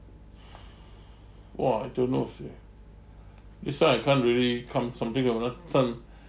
!wah! I don't know eh this one I can't really come something about that some